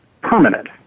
permanent